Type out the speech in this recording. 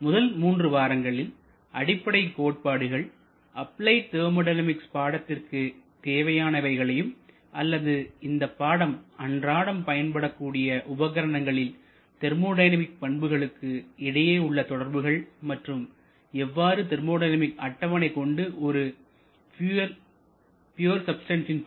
முதல் 3 வாரங்களில் அடிப்படைக் கோட்பாடுகள்அப்பிளைட் தெர்மோடைனமிக்ஸ் பாடத்திற்கு தேவையானவைகளையும் அல்லது இந்தப் பாடம் அன்றாடம் பயன்படக்கூடிய உபகரணங்களில் தெர்மோடைனமிக் பண்புகளுக்கு இடையே உள்ள தொடர்புகள் மற்றும் எவ்வாறு தெர்மோடைனமிக் அட்டவணை கொண்டு ஒரு பியூர் சப்ஸ்டன்ஸ்சின் pure substances